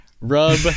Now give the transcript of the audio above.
rub